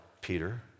Peter